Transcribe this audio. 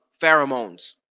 pheromones